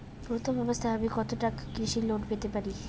প্রথম অবস্থায় আমি কত টাকা কৃষি লোন পেতে পারি?